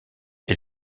est